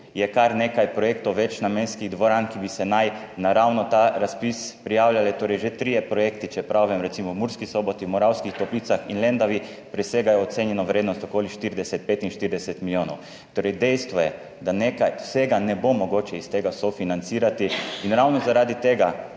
je kar nekaj projektov večnamenskih dvoran, ki naj bi se na ravno ta razpis prijavljale, torej že trije projekti, če prav vem, recimo v Murski Soboti, v Moravskih Toplicah in Lendavi, presegajo ocenjeno vrednost, okoli 40, 45 milijonov. Dejstvo je torej, da vsega ne bo mogoče iz tega sofinancirati, in ravno zaradi tega